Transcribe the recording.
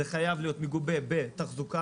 זה חייב להיות מגובה בתחזוקה.